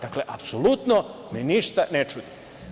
Dakle, apsolutno me ništa ne čudi.